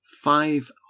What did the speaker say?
five